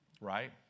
Right